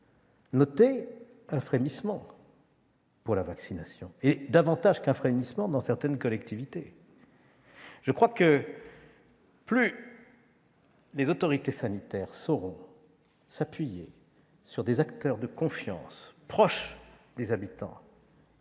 noter un frémissement pour la vaccination, et plus encore dans certaines collectivités. Plus les autorités sanitaires sauront s'appuyer sur des acteurs de confiance proches des habitants,